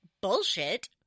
bullshit